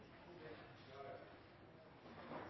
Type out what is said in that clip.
orden